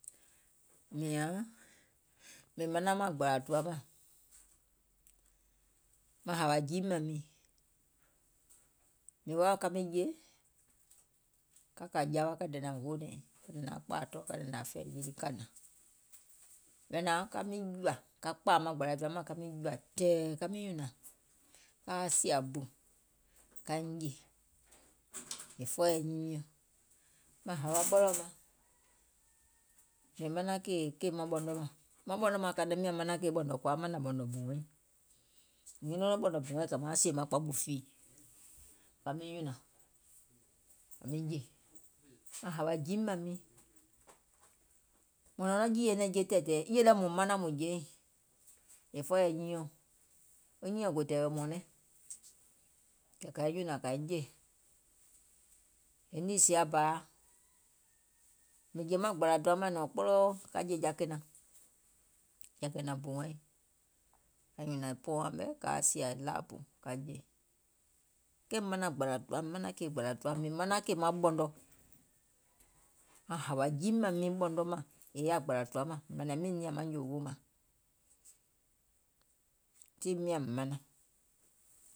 Mìȧŋ mìŋ manaŋ maŋ gbȧlȧ tùwa mȧŋ, maŋ hȧwȧ jiim mȧŋ miiŋ, mìŋ woȧ ka miŋ jè, ka kȧ jawa ka dènȧŋ hoònɛ̀ŋ, ka dènȧŋ kpȧȧ tɔɔ ka dènȧŋ fɛ̀ì yilì ka hnȧŋ, mìŋ hnȧŋ ka miŋ jùȧ, ka kpȧȧ gbàlȧ tùwa mȧŋ ka miŋ jùȧ tɛ̀ɛ̀, ka miŋ nyùnȧŋ kaa sìȧ bù kaiŋ jè, è fɔɔyɛ̀ nyiiŋ miɔ̀ŋ. Maŋ hȧwa ɓɔlɔ̀ɔ̀ maŋ mìŋ manaŋ kèè maŋ ɓɔ̀nɔ mȧŋ, maŋ ɓɔ̀nɔ mȧŋ kàìŋ maŋ miȧŋ manaŋ kèè ɓɔ̀nɔ̀ kòa miŋ manȧŋ ɓɔ̀nɔ̀ bù wɛiŋ, mìŋ nyuno nɔŋ maŋ ɓɔ̀nɔ̀ bù wɛiŋ kɛ̀ maaŋ sìè maŋ kpamò fiìì, ka miŋ nyùnȧŋ ka miŋ jè, maŋ hȧwȧ jiim mȧŋ miiŋ. Mùŋ nɔ̀ŋ nɔŋ jììyè nɛ̀ŋje tɛ̀ɛ̀tɛ̀ɛ̀ yèɛ mùŋ manaŋ mùŋ jèiŋ, è fɔɔyɛ̀ nyiiɔ̀ŋ, wɔŋ nyiiɔ̀ŋ gò tɛ̀ɛ̀wɛ̀ mɔ̀ɔ̀nɛŋ, kɛ̀ kȧiŋ nyùnȧŋ kȧiŋ jè. E niì sìaȧ bȧa miŋ jè maŋ gbȧlȧ tùwa mȧŋ è nɔ̀ɔŋ kpoloo ka jè ja kènaŋ, jà kìnȧŋ bù wɛiŋ, ka nyùnȧŋ pɔ̀ɔ̀nwaaŋ mɛ̀ kaa sìà laabu ka jè, kɛɛìm manaŋ gbȧlȧ tùwa manaŋ kèè gbȧlȧ tùwa mìŋ manaŋ kèè maŋ ɓɔ̀nɔ, maŋ hȧwȧ jiim mȧŋ miiŋ, maŋ ɓɔ̀nɔ yaȧ maŋ gbȧlȧ tùwa mȧŋ, mȧnȧŋ miìŋ nìȧŋ nyòògoò maŋ, tii miȧŋ manaŋ.